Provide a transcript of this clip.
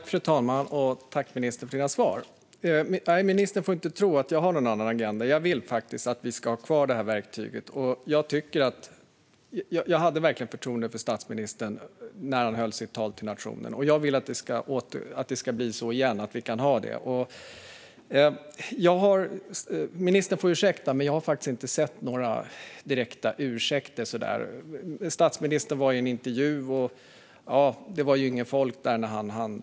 Fru talman! Tack, ministern, för dina svar! Ministern får inte tro att jag har en annan agenda. Jag vill faktiskt att vi ska ha kvar det här verktyget. Jag hade verkligen förtroende för statsministern när han höll sitt tal till nationen. Jag vill att vi kan ha det igen. Ministern får ursäkta, men jag har inte sett några direkta ursäkter. Statsministern var med i en intervju och sa att det inte var något folk där när han handlade.